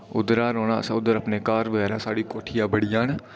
उद्धरा रौह्ना उद्धर अस घर बगैरा साढ़ी कोठिया बड़ियां न